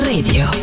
Radio